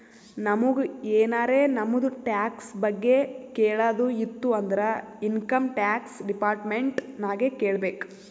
ನಮುಗ್ ಎನಾರೇ ನಮ್ದು ಟ್ಯಾಕ್ಸ್ ಬಗ್ಗೆ ಕೇಳದ್ ಇತ್ತು ಅಂದುರ್ ಇನ್ಕಮ್ ಟ್ಯಾಕ್ಸ್ ಡಿಪಾರ್ಟ್ಮೆಂಟ್ ನಾಗೆ ಕೇಳ್ಬೇಕ್